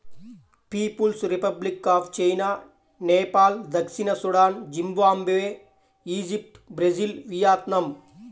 peoples republic of China, Nepal దక్షిణ Sudan, Zimbabwe, Egypt, Brazil, Vietnam